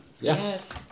Yes